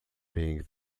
being